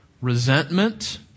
Resentment